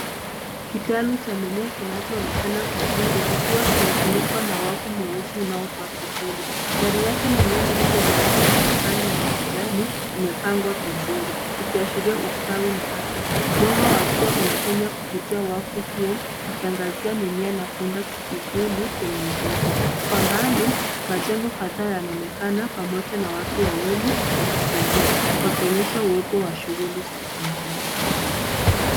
Kitalu cha mimea kinachoonekana vizuri kikiwa kimefunikwa na wavu mweusi unaotoa kivuli. Ndani yake mimea mingi yenye majani mapana na ya kijani imepangwa vizuri, ikiashiria ustawi na afya. Mwanga wa jua unapenya kupitia wavu huo, ukiangazia mimea na kuunda kivuli kwenye udongo. Kwa mbali, majengo kadhaa yanaonekana pamoja na watu wawili wakitembea, wakionyesha uwepo wa shughuli za binadamu.